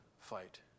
fight